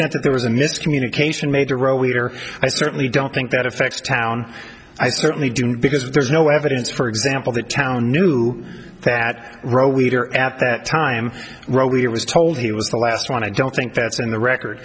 extent that there was a miscommunication major road leader i certainly don't think that affects town i certainly do because there's no evidence for example the town knew that road leader at that time roeder was told he was the last one i don't think that's in the record